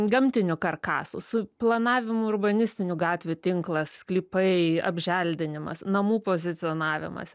gamtiniu karkasu su planavimu urbanistinių gatvių tinklas sklypai apželdinimas namų pozicionavimas